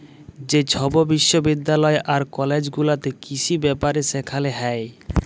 যে ছব বিশ্ববিদ্যালয় আর কলেজ গুলাতে কিসি ব্যাপারে সেখালে হ্যয়